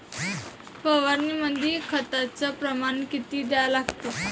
फवारनीमंदी खताचं प्रमान किती घ्या लागते?